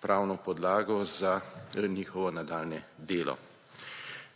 pravno podlago za njihovo nadaljnje delo.